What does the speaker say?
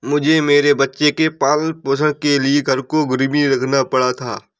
मुझे मेरे बच्चे के पालन पोषण के लिए घर को गिरवी रखना पड़ा था